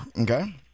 Okay